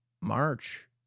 March